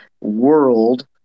world